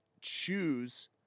choose